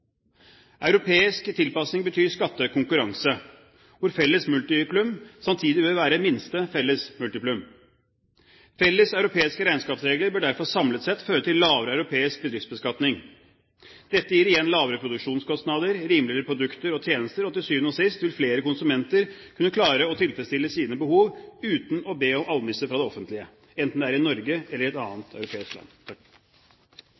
Europeisk tilpasning betyr skattekonkurranse, hvor felles multiplum samtidig vil være minste felles multiplum. Felles europeiske regnskapsregler bør derfor samlet sett føre til lavere europeisk bedriftsbeskatning. Dette gir igjen lavere produksjonskostnader og rimeligere produkter og tjenester, og til syvende og sist vil flere konsumenter kunne klare å tilfredsstille sine behov uten å be om almisser fra det offentlige, enten det er i Norge eller i et